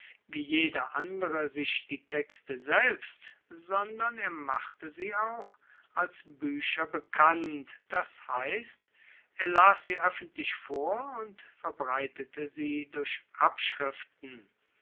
wie jeder andere sich die texte selbst sondern er machte sie auch als buecher bekannt das heisst er las sie oeffentlich vor und verbreitete sie durch abschriften